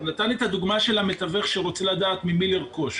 הוא נתן דוגמה של מתווך שרוצה לדעת ממי לרכוש,